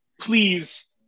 please